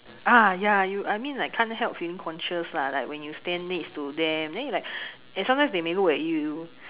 ah ya you I mean like can't help feeling conscious lah like when you stand next to them then you like and sometimes they may look at you